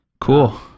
Cool